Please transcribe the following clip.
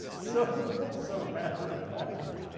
so so matter of fact.